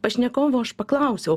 pašnekovo aš paklausiau